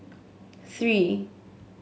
three